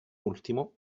ultimo